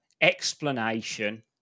explanation